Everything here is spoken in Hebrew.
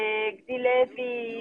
בד"ר גדלביץ',